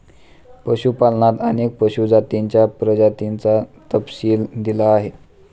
पशुपालनात अनेक पशु जातींच्या प्रजातींचा तपशील दिला आहे